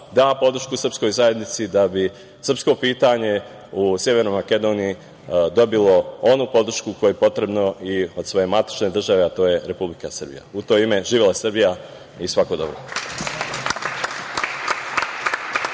da podršku srpskoj zajednici da bi srpsko pitanje u Severnoj Makedoniji dobilo onu podršku koja je potrebna i od svoje matične države, a to je Republika Srbija. U to ime, živela Srbija i svako dobro.